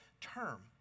term